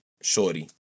Shorty